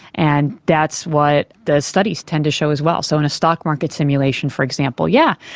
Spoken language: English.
and that's what the studies tend to show as well. so in a stock market simulation, for example, yeah